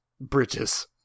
bridges